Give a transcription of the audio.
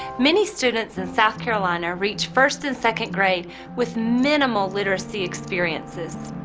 many students in south carolina reach first and second grade with minimal literacy experiences.